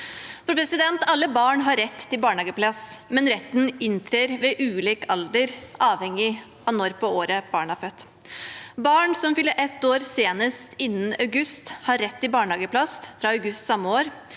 Alle barn har rett til barnehageplass, men retten inntrer ved ulik alder, avhengig av når på året barnet er født. Barn som fyller ett år senest innen utgangen av august, har rett til barnehageplass fra august samme år,